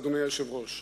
אדוני היושב-ראש,